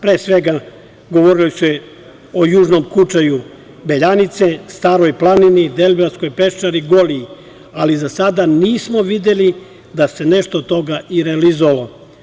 Pre svega, govorilo se o Južnom Kučaju, Beljanice, Staroj planini, Deliblatskoj peščari i Goliji, ali za sada nismo videli da se nešto od toga realizovalo.